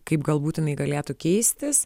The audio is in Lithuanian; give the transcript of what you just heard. kaip gal būtinai galėtų keistis